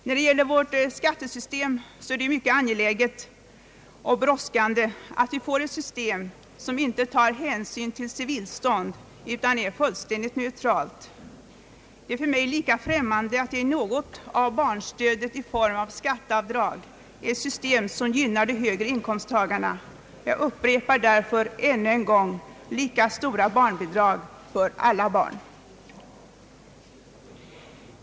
Beträffande vårt beskattningssystem är det mycket angeläget och brådskande att vi får ett system som inte tar hänsyn till civilstånd "utan är fullständigt neutralt. Det är för mig främmande att ge något av barnstödet i form av skatteavdrag — ett system som gynnar de högre inkomsttagarna. Jag upprepar därför ännu en gång: lika stora barnbidrag för alla barn!